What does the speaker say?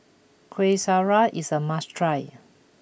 Kuih Syara is a must try